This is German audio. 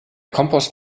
kompost